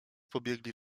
pobiegli